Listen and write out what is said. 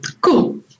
Cool